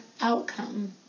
outcome